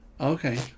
Okay